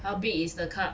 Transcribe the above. how big is the cup